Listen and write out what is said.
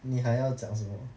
你还要讲什么